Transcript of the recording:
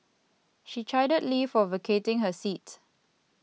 she chided Lee for vacating her seat